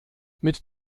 mit